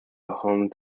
home